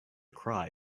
cry